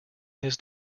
his